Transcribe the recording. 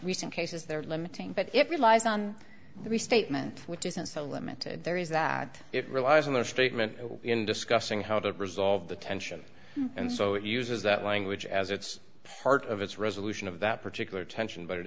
recent cases they're limiting but it relies on the restatement which isn't so limited there is that it relies on the statement in discussing how to resolve the tension and so it uses that language as it's part of its resolution of that particular tension but it